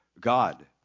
God